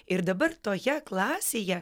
ir dabar toje klasėje